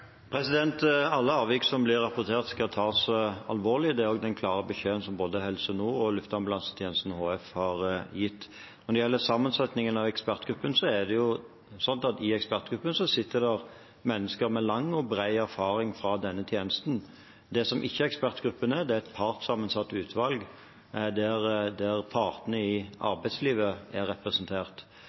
Alle avvik som blir rapportert, skal tas alvorlig. Det er den klare beskjeden både Helse Nord og Luftambulansetjenesten HF har gitt. Når det gjelder sammensetningen av ekspertgruppen, er det slik at det i ekspertgruppen sitter mennesker med lang og bred erfaring fra denne tjenesten. Det som ekspertgruppen ikke er, er et partssammensatt utvalg der partene i arbeidslivet er representert.